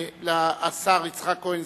השר יצחק כהן,